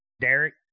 Derek